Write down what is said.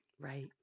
right